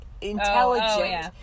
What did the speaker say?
intelligent